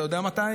אתה יודע מתי,